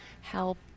help